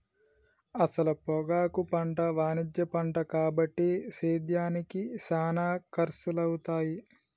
అసల పొగాకు పంట వాణిజ్య పంట కాబట్టి సేద్యానికి సానా ఖర్సులవుతాయి